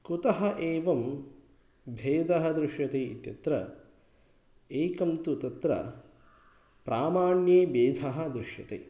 कुतः एवं भेदः दृश्यते इत्यत्र एकं तु तत्र प्रामाण्ये भेदः दृश्यते